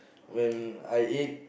when I ate